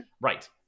Right